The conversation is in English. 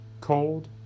Cold